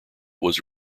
was